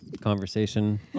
conversation